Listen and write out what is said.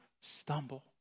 stumble